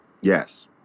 Yes